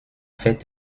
fait